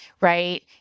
right